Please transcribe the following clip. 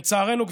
לצערנו,